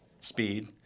speed